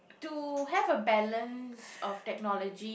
to have a balance of technology